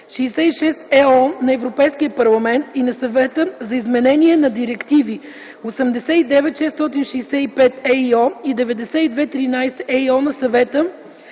ЕО на Европейския парламент и на Съвета за изменение на директиви 89/665/ ЕИО и 92/13/ ЕИО на Съвета